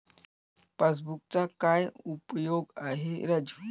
पासबुकचा काय उपयोग आहे राजू?